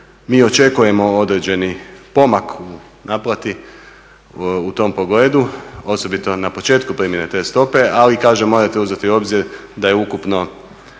Mi očekujemo određeni pomak u naplati u tom pogledu osobito na početku primjene te stope. Ali kažem, morate uzeti u obzir da je ukupno